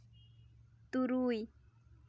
ᱛᱩᱨᱩᱭ